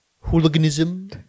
Hooliganism